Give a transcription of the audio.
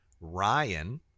Ryan